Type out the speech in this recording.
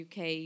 UK